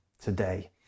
today